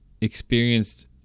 experienced